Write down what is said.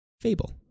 Fable